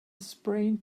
sprained